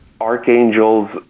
archangels